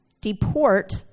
deport